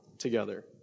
together